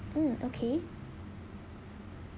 mm okay